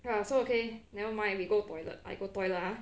okay lah so okay nevermind we go toilet I go toilet ah